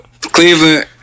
Cleveland